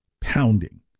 pounding